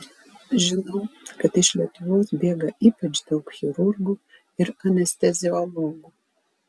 žinau kad iš lietuvos bėga ypač daug chirurgų ir anesteziologų